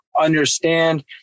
understand